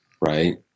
right